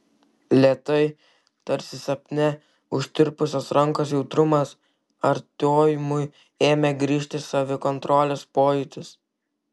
lėtai tarsi sapne užtirpusios rankos jautrumas artiomui ėmė grįžti savikontrolės pojūtis